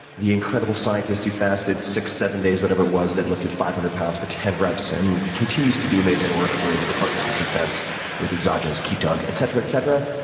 the incredible scientist who fasted six, seven days, whatever it was, dead-lifted five hundred pounds for ten reps, and continues to do amazing work for the department of defense with exogenous ketones, etc, etc,